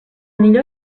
millor